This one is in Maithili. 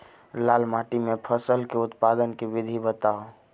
लाल माटि मे फसल केँ उत्पादन केँ विधि बताऊ?